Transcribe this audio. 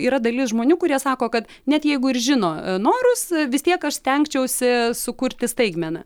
yra dalis žmonių kurie sako kad net jeigu ir žino norus vis tiek aš stengčiausi sukurti staigmeną